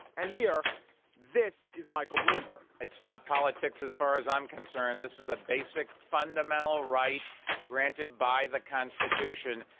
and here this is michael bloomberg it's not politics as far as i'm concerned. this is a basic fundamental right granted by the constitution.